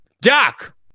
Doc